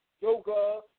yoga